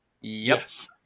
yes